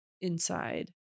inside